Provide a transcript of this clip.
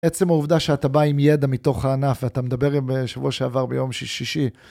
עצם העובדה שאתה בא עם ידע מתוך הענף ואתה מדבר עם שבוע שעבר ביום שישי.